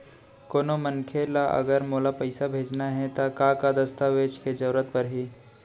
कोनो मनखे ला अगर मोला पइसा भेजना हे ता का का दस्तावेज के जरूरत परही??